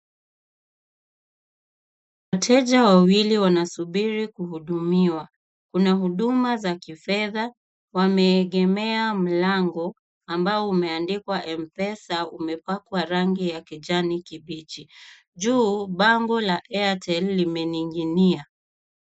Wateja wawili wanasubiri kuhudumiwa. Kuna huduma za kifedha. Wameegemea mlango ambao umeandikwa M-Pesa umepakwa rangi ya kijani kibichi. Juu bango la airtel limening'inia.